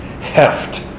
heft